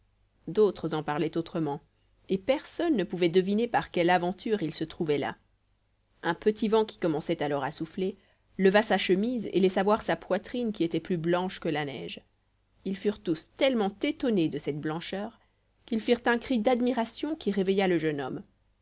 d'autres en parlaient autrement et personne ne pouvait deviner par quelle aventure il se trouvait là un petit vent qui commençait alors à souffler leva sa chemise et laissa voir sa poitrine qui était plus blanche que la neige ils furent tous tellement étonnés de cette blancheur qu'ils firent un cri d'admiration qui réveilla le jeune homme